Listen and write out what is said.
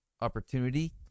opportunity